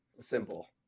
simple